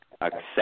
accept